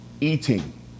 eating